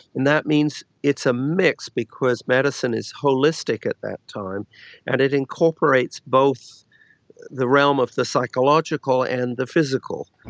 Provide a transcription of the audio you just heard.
and that means it's a mix because medicine is holistic at that time and it incorporates both the realm of the psychological and the physical.